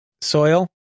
soil